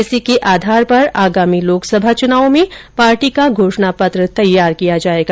इसी के आधार पर आगामी लोकसभा चुनावों में पार्टी का घोषणा पत्र तैयार किया जायेगा